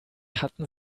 hatten